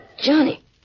Johnny